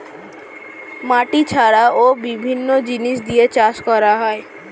মাটি ছাড়াও বিভিন্ন জিনিস দিয়ে চাষ করা হয়